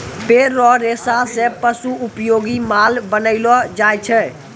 पेड़ रो रेशा से पशु उपयोगी माल बनैलो जाय छै